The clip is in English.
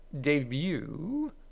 debut